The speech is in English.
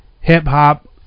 hip-hop